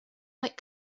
might